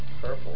purple